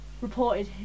reported